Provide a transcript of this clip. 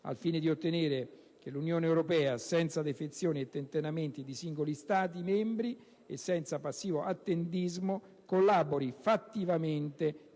al fine di ottenere che l'Unione europea, senza defezioni e tentennamenti di singoli Stati membri e senza passivo attendismo, collabori fattivamente